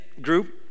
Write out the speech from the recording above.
group